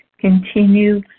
Continue